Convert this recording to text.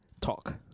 talk